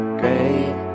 great